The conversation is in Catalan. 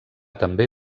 també